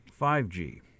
5G